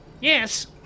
Yes